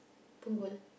Punggol